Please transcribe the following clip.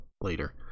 later